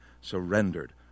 surrendered